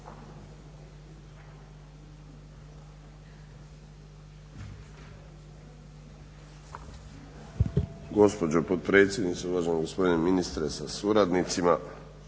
Gospođo potpredsjednice, uvaženi gospodine ministre sa suradnicima